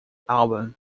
album